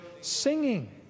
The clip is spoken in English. singing